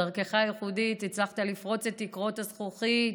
בדרכך הייחודית הצלחת לפרוץ את תקרות הזכוכית,